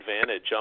advantage